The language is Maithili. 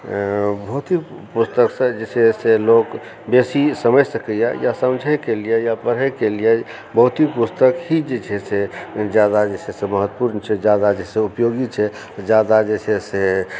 बहुत ही भौतिक पोथी छै जाहिसँ लोक बेसी समझि सकय या समझिके लिए या पढ़यके लिए भौतिक पुस्तक पोथी ही जे छै से जादा जे छै से महत्वपूर्ण छै जादा जे छै से उपयोगी छै जादा जे छै से